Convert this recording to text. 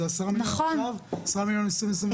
זה 10 מיליון עכשיו, 10 מיליון ב-2022.